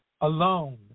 Alone